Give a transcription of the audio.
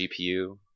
GPU